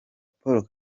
paul